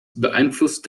beeinflusst